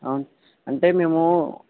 అవును అంటే మేము